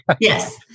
Yes